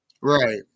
Right